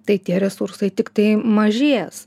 tai tie resursai tiktai mažės